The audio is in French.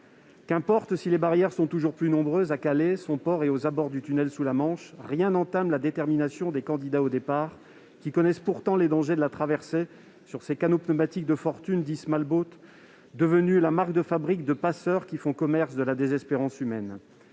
Qu'importe si les barrières sont toujours plus nombreuses à Calais, son port et aux abords du tunnel sous la Manche, rien n'entame la détermination des candidats au départ, qui connaissent pourtant les dangers de la traversée sur ces canots pneumatiques de fortune appelés, devenus la marque de fabrique de passeurs faisant commerce de la désespérance humaine.